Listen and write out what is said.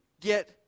get